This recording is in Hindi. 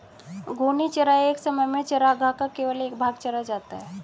घूर्णी चराई एक समय में चरागाह का केवल एक भाग चरा जाता है